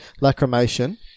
lacrimation